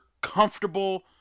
comfortable